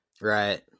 Right